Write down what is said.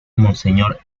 monseñor